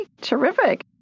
terrific